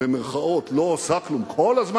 "לא עושה כלום".